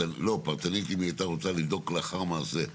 פרטנית, אם היא הייתה רוצה לבדוק לאחר מעשה,